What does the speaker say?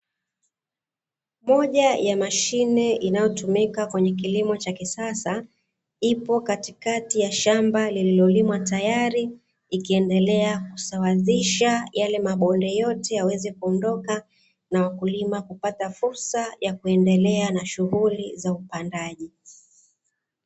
Moja ya mashine inayotumika kwenye kilimo cha kisasa ipo katikati ya shamba lililokuwa tayari, ikiendelea kusawazisha yale mabonde yote yaweze kuondoka, na wakulima kupata fursa ya kuendelea na shughuli za upandaji.